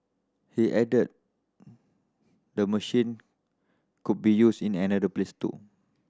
he added the machine could be used in other place too